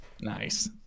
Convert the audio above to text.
Nice